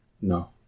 No